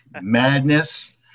madness